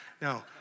No